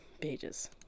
Pages